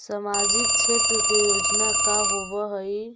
सामाजिक क्षेत्र के योजना का होव हइ?